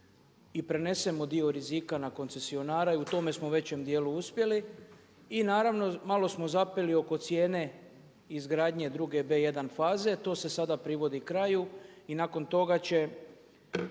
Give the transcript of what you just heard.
i prenesemo dio rizika na koncesionare u tome smo u većem dijelu uspjeli. I naravno malo smo zapeli oko cijene izgradnje druge B1 faze. To se sada privodi kraju i nakon toga će